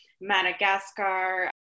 Madagascar